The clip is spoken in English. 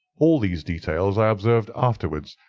all these details i observed afterwards.